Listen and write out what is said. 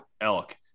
elk